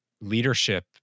leadership